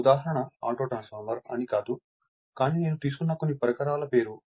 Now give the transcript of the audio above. ఒక ఉదాహరణ auto transformer అని కాదు కానీ నేను తీసుకున్న కొన్ని పరికరాల పేరు